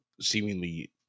seemingly